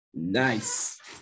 nice